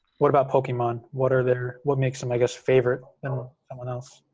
what about pokemon? what are their, what makes them i guess, favorite than ah someone else?